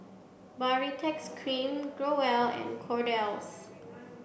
baritex cream Growell and Kordel's